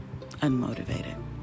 unmotivated